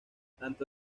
tanto